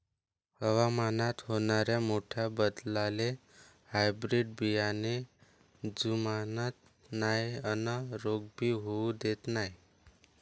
हवामानात होनाऱ्या मोठ्या बदलाले हायब्रीड बियाने जुमानत नाय अन रोग भी होऊ देत नाय